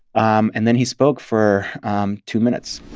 um and then he spoke for um two minutes